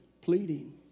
pleading